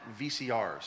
VCRs